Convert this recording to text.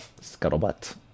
scuttlebutt